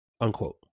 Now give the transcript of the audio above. unquote